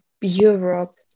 Europe